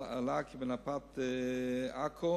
עלה כי בנפת עכו,